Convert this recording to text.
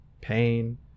pain